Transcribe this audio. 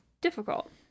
difficult